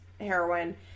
heroin